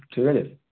ঠিক আছে